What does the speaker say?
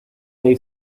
they